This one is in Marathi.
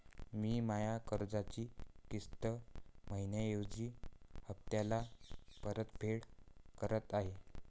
मी माया कर्जाची किस्त मइन्याऐवजी हप्त्याले परतफेड करत आहे